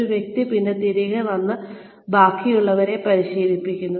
ആ വ്യക്തി പിന്നെ തിരികെ വന്ന് ബാക്കിയുള്ളവരെ പരിശീലിപ്പിക്കുന്നു